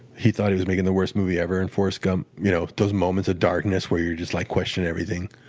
he thought he was making the worst movie ever in forest gump you know those moments of darkness where you just like question everything.